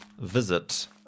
Visit